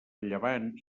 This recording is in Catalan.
llevant